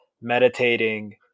meditating